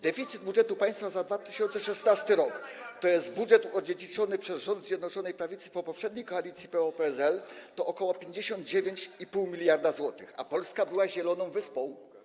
Deficyt budżetu państwa za 2016 r., tj. budżet odziedziczony przez rząd Zjednoczonej Prawicy po poprzedniej koalicji PO-PSL, to ok. 59,5 mld zł, a Polska była zieloną wyspą.